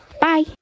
Bye